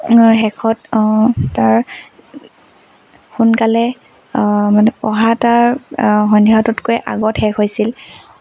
শেষত তাৰ সোনকালে মানে পঢ়া তাৰ সন্ধ্যাহঁততকৈ আগত শেষ হৈছিল